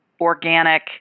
organic